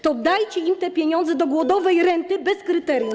To dodajcie im te pieniądze do głodowej renty bez kryterium.